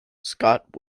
scott